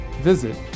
visit